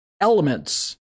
elements